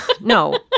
No